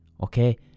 Okay